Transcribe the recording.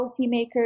policymakers